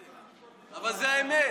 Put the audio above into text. וזהו.